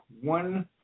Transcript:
one